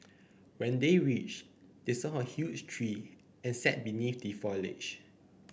when they reached they saw a huge tree and sat beneath the foliage